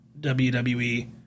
WWE